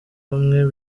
bamwe